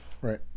right